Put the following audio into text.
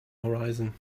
horizon